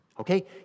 Okay